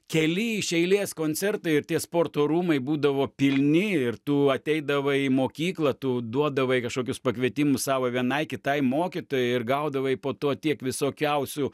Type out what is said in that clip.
keli iš eilės koncertai ir tie sporto rūmai būdavo pilni ir tu ateidavai į mokyklą tu duodavai kažkokius pakvietimus savo vienai kitai mokytojai ir gaudavai po to tiek visokiausių